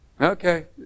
Okay